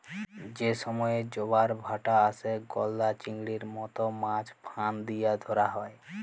যে সময়ে জবার ভাঁটা আসে, গলদা চিংড়ির মত মাছ ফাঁদ দিয়া ধ্যরা হ্যয়